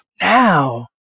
Now